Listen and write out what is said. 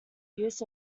use